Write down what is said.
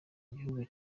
igihugu